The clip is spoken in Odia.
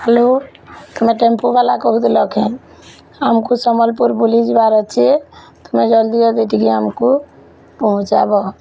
ହାଲୋ ତମେ ଟେମ୍ପୁ ବାଲା କହୁଥିଲ କେଁ ଆମ୍କୁ ସମ୍ବଲପୁର ବୁଲିଯିବାର୍ ଅଛେ ତୁମେ ଜଲଦି ଯଦି ଟିକେ ଆମକୁ ପହଁଞ୍ଚାବ